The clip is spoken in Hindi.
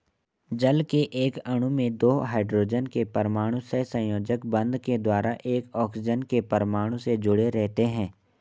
जल के एक अणु में दो हाइड्रोजन के परमाणु सहसंयोजक बंध के द्वारा एक ऑक्सीजन के परमाणु से जुडे़ रहते हैं